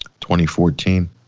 2014